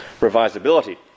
revisability